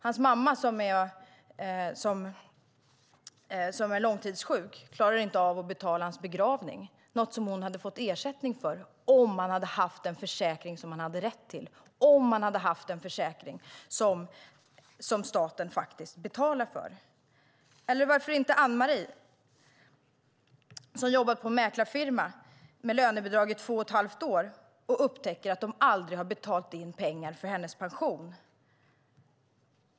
Hans mamma, som är långtidssjuk, klarar inte av att betala hans begravning. Det är något hon hade fått ersättning för om han hade haft den försäkring han hade rätt till, om han hade haft den försäkring som staten faktiskt betalar för. Eller låt oss se på Ann-Marie, som jobbade på en mäklarfirma med lönebidrag i två och ett halvt år. Hon upptäckte att firman aldrig har betalat in pengar för hennes pension.